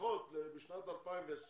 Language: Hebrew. בשנת 2020